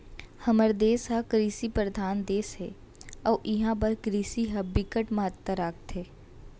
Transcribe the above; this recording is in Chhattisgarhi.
हमर देस ह कृषि परधान देस हे अउ इहां बर कृषि ह बिकट महत्ता राखथे